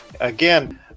Again